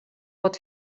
pot